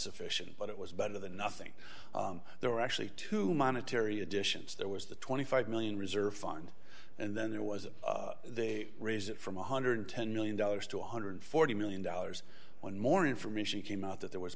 sufficient but it was better than nothing there are actually two monetary additions there was the twenty five million reserve fund and then there was they raise it from one hundred and ten million dollars to one hundred and forty million dollars when more information came out that there was